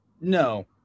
no